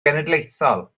genedlaethol